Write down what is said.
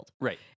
Right